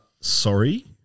sorry